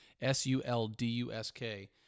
S-U-L-D-U-S-K